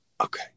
Okay